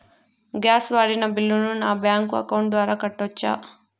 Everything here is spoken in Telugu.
గ్యాస్ వాడిన బిల్లును నా బ్యాంకు అకౌంట్ ద్వారా కట్టొచ్చా?